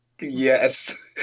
Yes